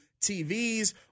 TVs